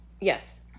Yes